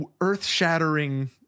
earth-shattering